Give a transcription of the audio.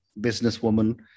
businesswoman